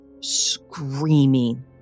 screaming